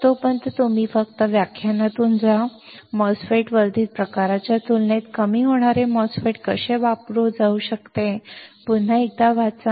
तर तोपर्यंत तुम्ही फक्त व्याख्यानातून जा MOSFET वर्धित प्रकाराच्या तुलनेत कमी होणारे MOSFET कसे वापरले जाऊ शकते ते पुन्हा एकदा वाचा